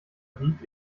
biegt